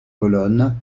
colonnes